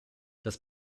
das